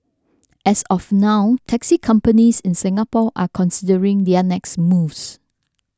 as of now taxi companies in Singapore are considering their next moves